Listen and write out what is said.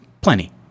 plenty